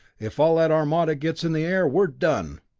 if all that armada gets in the air, we're done!